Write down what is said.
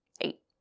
Eight